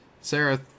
Sarah